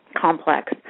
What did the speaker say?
complex